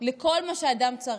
לכל מה שאדם צריך,